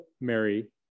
Mary